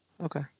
Okay